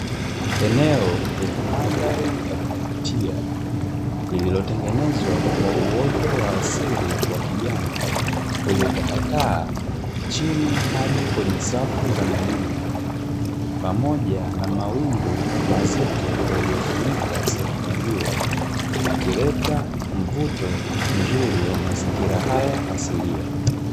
Eneo lenye mandhari ya kuvutia lililotengenezwa kwa uoto wa asili wa kijani, uliotapakaa chini hadi kwenye safu za milima pamoja na mawingu mazito yaliyofunika sehemu hiyo, ikileta mvuto mzuri wa mazingira haya asilia.